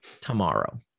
tomorrow